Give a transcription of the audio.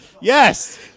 Yes